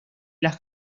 las